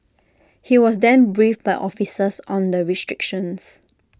he was then briefed by officers on the restrictions